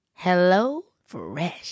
HelloFresh